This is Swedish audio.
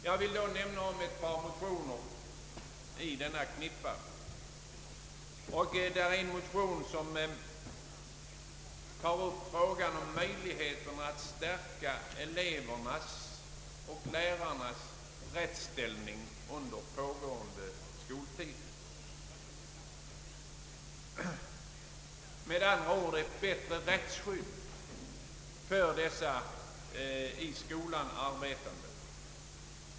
Jag vill säga några ord om ett par motioner i denna knippa av motioner. I en motion tas upp frågan om möjligheterna att stärka elevernas och lärarnas rättsställning under pågående skoltid, med andra ord att skapa ett bättre rättsskydd för de i skolan arbetande.